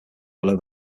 below